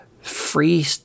free